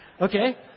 okay